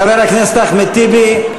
חבר הכנסת אחמד טיבי,